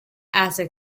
asa